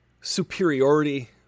superiority